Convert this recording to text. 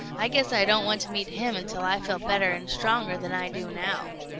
i guess i don't want to meet him until i feel better and stronger than i do now.